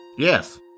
Yes